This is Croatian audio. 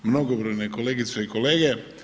Mnogobojne kolegice i kolege.